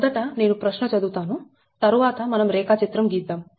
మొదట నేను ప్రశ్న చదువుతాను తరువాత మనం రేఖా చిత్రం ఇద్దాం